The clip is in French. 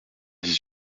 dix